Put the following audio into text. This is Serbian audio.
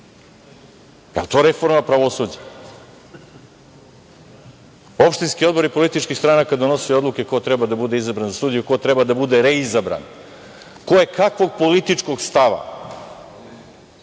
je to reforma pravosuđa? Opštinski odbori političkih stranka donosili su odluke ko treba da bude izabran za sudiju, ko treba da bude reizabran. Ko je kakvog političkog stava,